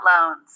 loans